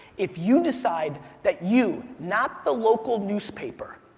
if you decide that you, not the local newspaper,